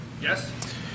Yes